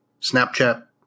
Snapchat